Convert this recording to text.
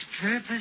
purpose